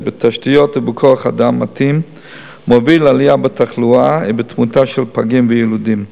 בתשתיות ובכוח-אדם מתאים מוביל לעלייה בתחלואה ובתמותה של פגים ויילודים.